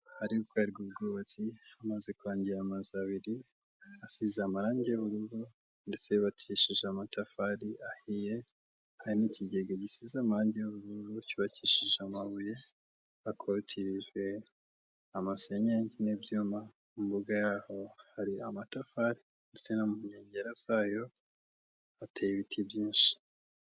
Ahari gukorerwa ubwubatsi hamaze kwangi amazu abiri asize amarange urugo ndetse yubakishije amatafari ahiye, hari n'ikigega gisize amangi y'ubururu cyubakishije amabuye akorotirijwe amasenyengi n'ibyuma, mu mbuga yaho hari amatafari ndetse no mu nkengero zayo hateye ibiti byinshi.